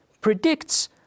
predicts